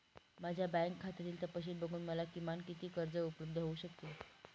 माझ्या बँक खात्यातील तपशील बघून मला किमान किती कर्ज उपलब्ध होऊ शकते?